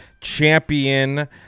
champion